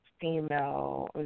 female